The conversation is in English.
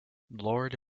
lord